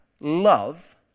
Love